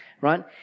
right